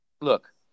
Look